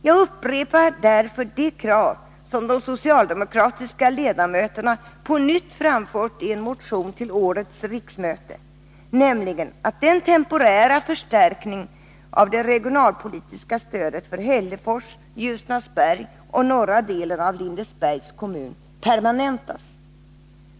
Jag upprepar därför de krav som de socialdemokratiska ledamöterna på nytt framfört i en motion till årets riksmöte, nämligen att den temporära förstärkningen av det regionalpolitiska stödet för Hällefors, Ljusnarsberg och norra delen av Lindesbergs kommun permanentas.